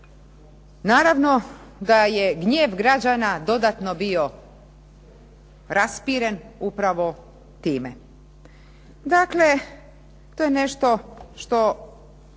Naravno da je gnjev građana dodatno bio raspiren upravo time. Dakle, to je nešto što,